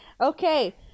okay